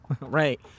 Right